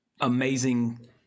amazing